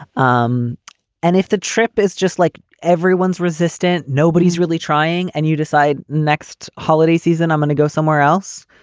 um and if the trip is just like everyone's resistent, nobody's really trying. and you decide next holiday season, i'm going to go somewhere else.